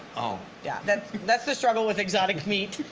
oh. yeah that's that's the struggle with exotic meat.